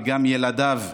וגם ילדיו,